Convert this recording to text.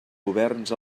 governs